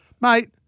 Mate